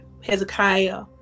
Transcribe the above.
Hezekiah